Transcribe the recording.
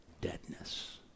deadness